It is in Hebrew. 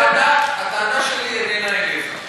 הטענה שלי איננה אליך,